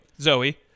Zoe